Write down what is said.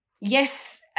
yes